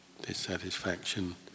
dissatisfaction